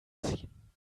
ziehen